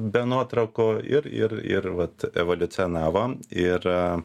be nuotraukų ir ir ir vat evoliucionavo ir